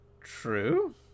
True